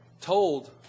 told